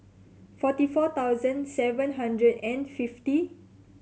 forty four thousand seven hundred and fifty